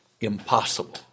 Impossible